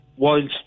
whilst